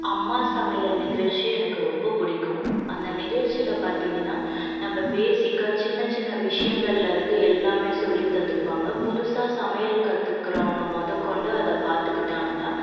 அம்மா சமையல் நிகழ்ச்சியை எனக்கு ரொம்ப பிடிக்கும் அந்த நிகழ்ச்சியில் பார்த்தீங்கன்னா நம்ம பேஸிக்காக சின்ன சின்ன விஷயங்கள்லிருந்து எல்லாமே சொல்லி தந்திருப்பாங்க புதுசாக சமையல் கற்றுக்கறவங்க மொதற்கொண்டு அதை பார்த்துக்கிட்டாங்கன்னா